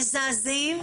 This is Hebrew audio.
מזעזעים,